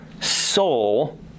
soul